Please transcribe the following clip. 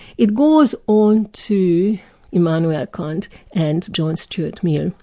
it goes on to immanuel kant and john stuart mill.